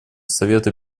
совета